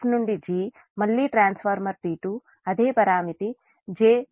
అప్పుడు f నుండి g మళ్ళీ ట్రాన్స్ఫార్మర్ T2 అదే పరామితి j 0